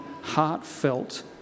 heartfelt